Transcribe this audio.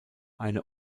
eine